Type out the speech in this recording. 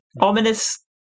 Ominous